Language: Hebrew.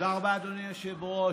תודה רבה, אדוני היושב-ראש.